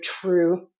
true